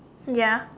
ya